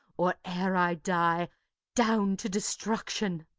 or e'er i die down, to destruction!